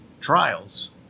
trials